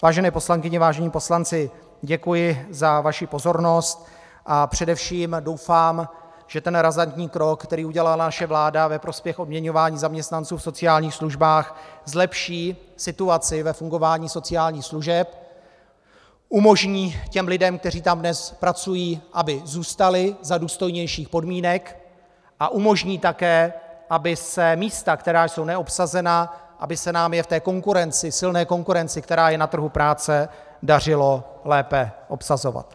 Vážené poslankyně, vážení poslanci, děkuji za vaši pozornost a především doufám, že ten razantní krok, který udělala naše vláda ve prospěch odměňování zaměstnanců v sociálních službách, zlepší situaci ve fungování sociálních služeb, umožní lidem, kteří tam dnes pracují, aby zůstali za důstojnějších podmínek, a umožní také, aby se nám místa, která jsou neobsazena, v té konkurenci, v té silné konkurenci, která je na trhu práce, dařilo lépe obsazovat.